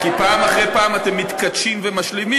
כי פעם אחרי פעם אתם מתכתשים ומשלימים.